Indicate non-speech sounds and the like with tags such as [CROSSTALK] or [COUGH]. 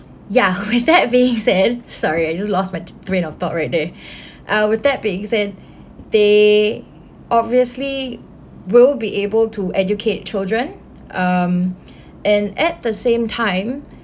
ya with [LAUGHS] that being said sorry I just lost my t~ train of thought right there [BREATH] uh with that being said they obviously will be able to educate children um [BREATH] and at the same time